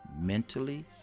mentally